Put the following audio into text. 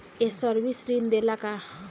ये सर्विस ऋण देला का?